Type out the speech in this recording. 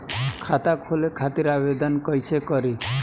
खाता खोले खातिर आवेदन कइसे करी?